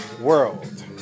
world